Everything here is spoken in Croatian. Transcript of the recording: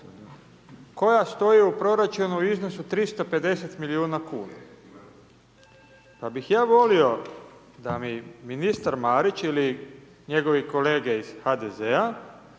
koja stoji u proračunu u iznosu 350 milijuna kuna. Pa bih ja volio da mi ministar Marić, ili njegove kolege iz HDZ-a